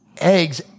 eggs